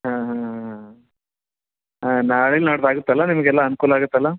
ಹಾಂ ಹಾಂ ಹಾಂ ಹಾಂ ನಾಳೆ ನಾಡ್ದು ಆಗುತ್ತಲ್ಲ ನಿಮಗೆಲ್ಲ ಅನುಕೂಲ ಆಗುತ್ತಲ್ಲ